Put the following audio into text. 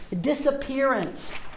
disappearance